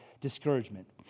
discouragement